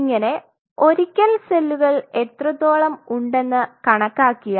ഇങ്ങനെ ഒരിക്കൽ സെല്ലുകൾ എത്രത്തോളം ഉണ്ടെന്ന് കണക്കാക്കിയാൽ